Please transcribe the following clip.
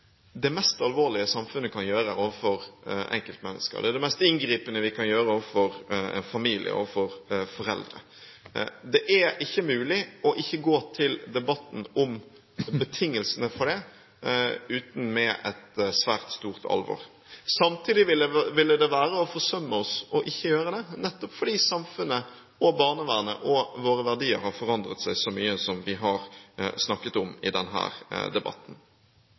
det mest alvorlige samfunnet kan gjøre overfor enkeltmennesket, og det er det mest inngripende vi kan gjøre overfor familier og overfor foreldre. Det er ikke mulig ikke å gå til debatten om betingelsene for det uten med et svært stort alvor. Samtidig ville det være å forsømme seg ikke å gjøre det, nettopp fordi samfunnet, barnevernet og våre verdier har forandret seg så mye, som vi har snakket om i denne debatten.